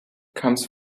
comes